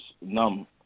numb